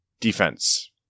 Defense